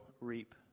reap